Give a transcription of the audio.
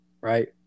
right